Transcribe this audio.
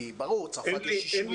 ברור, צרפת זה 60 מיליון איש.